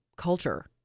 Culture